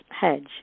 hedge